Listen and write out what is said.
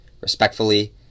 respectfully